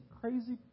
crazy